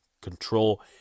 control